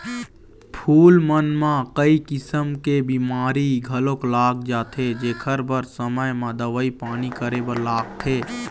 फूल मन म कइ किसम के बेमारी घलोक लाग जाथे जेखर बर समे म दवई पानी करे बर लागथे